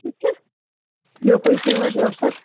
ठीकु आहे ॿियो कोई सेवा जो अवसर